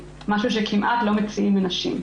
איך לא עולה בדעתם של הרופאים לעצור באותה שנייה?